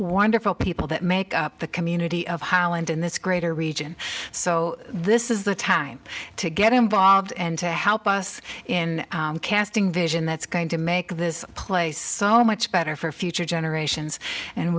wonderful people that make up the community of holland in this greater region so this is the time to get involved and to help us in casting vision that's going to make this place so much better for future generations and